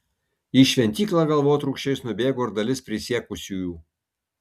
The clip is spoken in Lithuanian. į šventyklą galvotrūkčiais nubėgo ir dalis prisiekusiųjų